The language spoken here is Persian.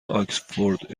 آکسفورد